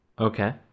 Okay